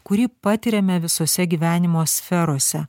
kurį patiriame visose gyvenimo sferose